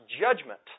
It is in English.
judgment